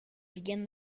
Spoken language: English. begin